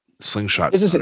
slingshot